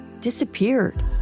disappeared